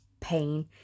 pain